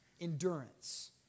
endurance